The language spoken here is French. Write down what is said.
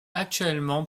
actuellement